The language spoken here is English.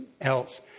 else